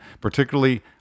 particularly